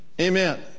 Amen